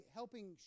helping